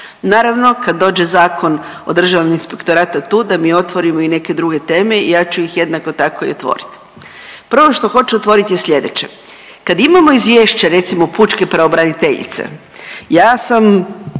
Naravno kad dođe Zakon o Državnom inspektoratu tu da mi otvorimo i neke druge teme i ja ću ih jednako tako i otvorit. Prvo što hoću otvorit je sljedeće, kad imamo izvješće recimo pučke pravobraniteljice ja sam